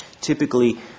typically –